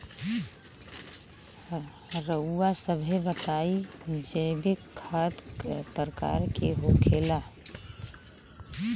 रउआ सभे बताई जैविक खाद क प्रकार के होखेला?